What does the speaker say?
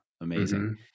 amazing